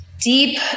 deep